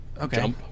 Okay